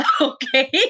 Okay